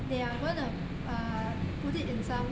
they are gonna uh put it in some